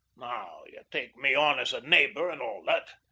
now, you take me on as a neighbour and all that,